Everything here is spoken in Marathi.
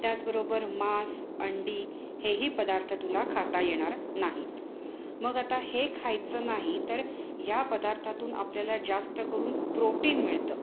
त्याचबरोबर मांस अंडी हेही पदार्थ तुला खाता येणार नाहीत मग आता हे खायचं नाही तर ह्या पदार्थातून आपल्याला जास्तकरून प्रोटीन मिळतं